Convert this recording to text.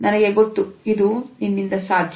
ನನಗೆ ಗೊತ್ತು ಇದು ನನ್ನಿಂದ ಸಾಧ್ಯ